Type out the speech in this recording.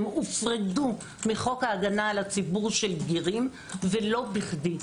הם הופרדו מחוק ההגנה על ציבור של בגירים ולא בכדי.